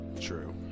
true